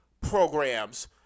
programs